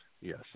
yes